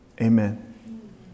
amen